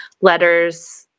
letters